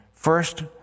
First